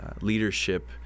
leadership